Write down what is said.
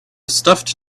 stuffed